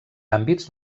àmbits